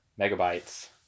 megabytes